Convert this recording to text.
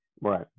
Right